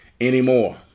anymore